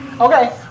Okay